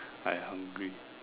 I hungry